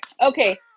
okay